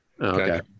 Okay